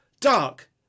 Dark